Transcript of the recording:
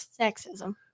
sexism